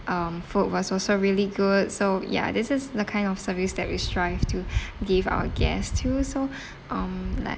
um food was also really good so ya this is the kind of service that we strive to give our guest too so um like